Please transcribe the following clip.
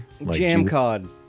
Jamcod